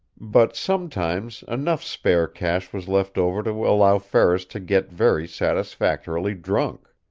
but sometimes enough spare cash was left over to allow ferris to get very satisfactorily drunk.